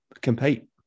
compete